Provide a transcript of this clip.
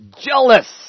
jealous